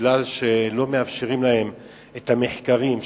מכיוון שלא מאפשרים להם את המחקרים,